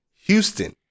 Houston